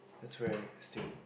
that's right I said